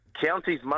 Counties